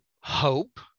hope